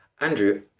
Andrew